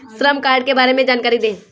श्रम कार्ड के बारे में जानकारी दें?